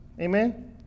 Amen